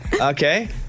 Okay